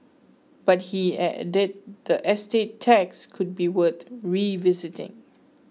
but he added that estate tax could be worth revisiting